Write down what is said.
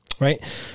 right